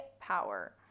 power